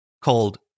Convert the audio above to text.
called